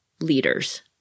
leaders